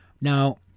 Now